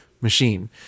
machine